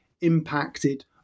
impacted